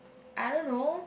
I don't know